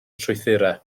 strwythurau